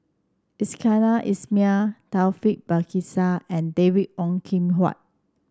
Iskandar Ismail Taufik Batisah and David Ong Kim Huat